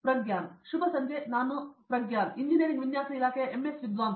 ಪ್ರಗ್ಯಾನ್ ಶುಭ ಸಂಜೆ ನಾನು ಪ್ರಜ್ಞಾನ್ ನಾನು ಎಂಜಿನಿಯರಿಂಗ್ ವಿನ್ಯಾಸ ಇಲಾಖೆಯ ಎಂಎಸ್ ವಿದ್ವಾಂಸ